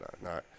no